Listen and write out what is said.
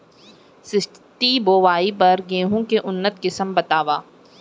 सिंचित बोआई बर गेहूँ के उन्नत किसिम बतावव?